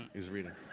he's reading.